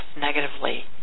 negatively